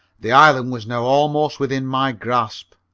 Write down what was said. the island was now almost within my grasp.